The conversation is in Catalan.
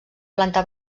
planta